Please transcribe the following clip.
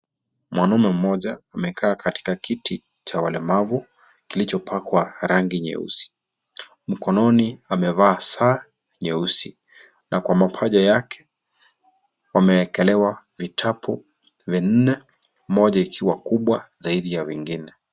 Mwanaume mmoja amekaa katika kiti cha walemavu kilichopakwa rangi nyeusi. Mkononi amevaa saa nyeusi na kwa mapaja yake, amewekelelea vitabu vinne, moja ikiwa kubwa zaidi ya wengine.